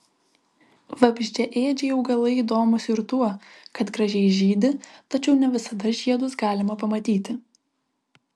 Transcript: vabzdžiaėdžiai augalai įdomūs ir tuo kad gražiai žydi tačiau ne visada žiedus galima pamatyti